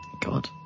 God